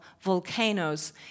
volcanoes